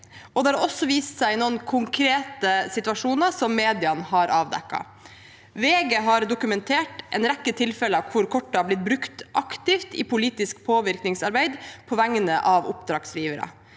det har også vist seg i noen konkrete situasjoner som mediene har avdekket. VG har dokumentert en rekke tilfeller hvor kortet har blitt brukt aktivt i politisk påvirkningsarbeid på vegne av oppdragsgivere.